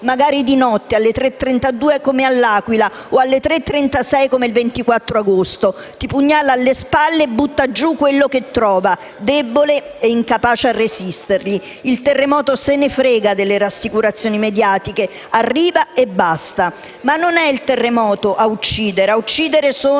magari di notte alle ore 3,32 come all'Aquila o alle 3,36 come il 24 agosto. Ti pugnala alle spalle e butta giù quello che trova debole e incapace a resistergli. Il terremoto se ne frega delle rassicurazioni mediatiche, arriva e basta. Non è, però, il terremoto che uccide; ad uccidere sono